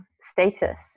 status